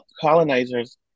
colonizers